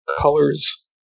colors